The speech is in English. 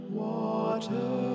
water